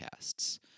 Podcasts